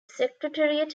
secretariat